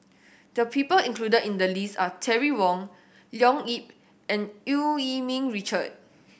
the people included in the list are Terry Wong Leo Yip and Eu Yee Ming Richard